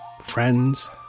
friends